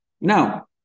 Now